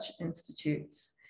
institutes